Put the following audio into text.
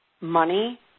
money